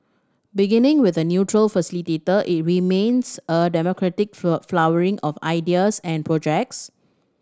beginning with a neutral facilitator it remains a democratic flowering of ideas and projects